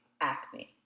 acne